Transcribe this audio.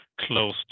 close